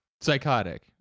Psychotic